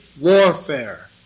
warfare